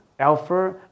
Alpha